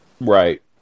Right